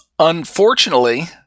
Unfortunately